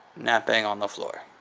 napping on the floor.